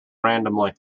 randomly